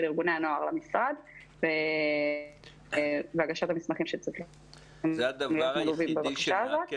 ארגוני הנוער למשרד והגשת המסמכים לבקשה הזאת,